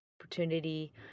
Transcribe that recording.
opportunity